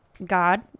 God